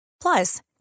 Plus